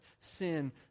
sin